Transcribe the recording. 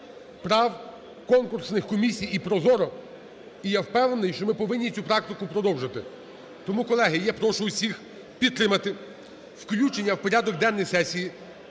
прав конкурсних комісій іProZorro, і я впевнений, що ми повинні цю практику продовжити. Тому, колеги, я прошу всіх підтримати включення в порядок денної сесії